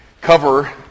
cover